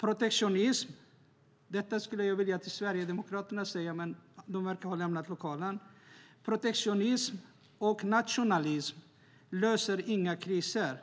Jag vill säga detta till Sverigedemokraterna, men de verkar ha lämnat lokalen: Protektionism och nationalism löser inga kriser.